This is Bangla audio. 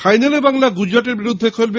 ফাইনালে বাংলা গুজরাতের বিরুদ্ধে খেলবে